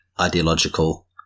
Ideological